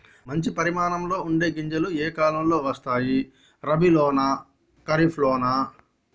మంచి పరిమాణం ఉండే గింజలు ఏ కాలం లో వస్తాయి? రబీ లోనా? ఖరీఫ్ లోనా?